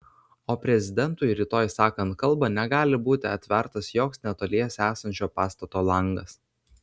o prezidentui rytoj sakant kalbą negali būti atvertas joks netoliese esančio pastato langas